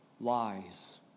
lies